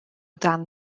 dan